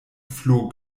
floh